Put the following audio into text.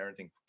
parenting